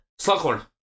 Slughorn